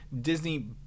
Disney